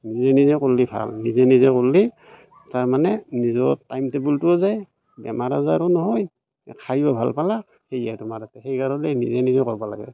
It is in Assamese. নিজে নিজে কৰিলে ভাল নিজে নিজে কৰিলে তাৰমানে নিজৰ টাইমটেবুলটোও যায় বেমাৰ আজাৰো নহয় খায়ো ভাল পালাক সেয়াই তোমাৰ তাতে সেইকাৰণে নিজে নিজে কৰিব লাগে